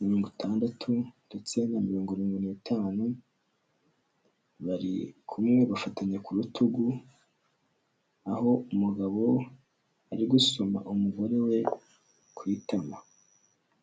mirongo itandatu ndetse na mirongo irindwi n'itanu, bari kumwebafatanya ku rutugu, aho umugabo ari gusoma umugore we ku itama.